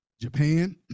Japan